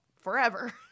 Forever